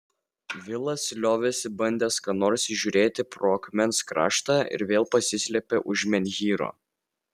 vilas liovėsi bandęs ką nors įžiūrėti pro akmens kraštą ir vėl pasislėpė už menhyro